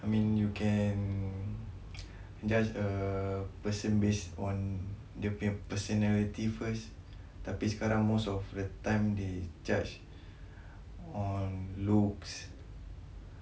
I mean you can judge a person based on dia punya personality first tapi sekarang most of the time they judge on looks